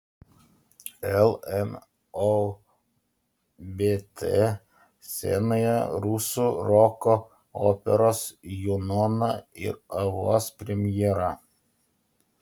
lnobt scenoje rusų roko operos junona ir avos premjera